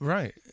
Right